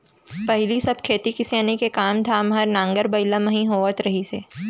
पहिली सब खेती किसानी के काम धाम हर नांगर बइला म ही होवत रहिस हे